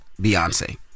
Beyonce